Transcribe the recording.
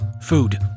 Food